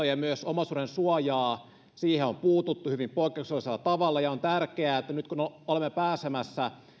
ja myös omaisuudensuojaan on puututtu hyvin poikkeuksellisella tavalla ja on tärkeää että nyt kun olemme pääsemässä